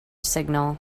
signal